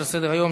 הסברה?